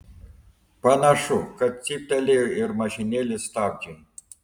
panašu kad cyptelėjo ir mašinėlės stabdžiai